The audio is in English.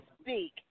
speak